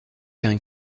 qu’un